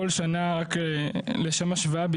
רק לשם השוואה,